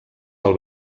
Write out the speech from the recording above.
del